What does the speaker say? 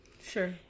Sure